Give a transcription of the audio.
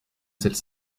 celle